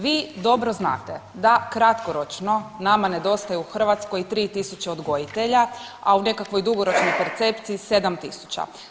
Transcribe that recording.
Vi dobro znate da kratkoročno nama nedostaju u Hrvatskoj 3000 odgojitelja, a u nekakvoj dugoročnoj percepciji 7000.